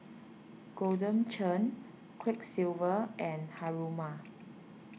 Golden Churn Quiksilver and Haruma